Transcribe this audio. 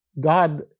God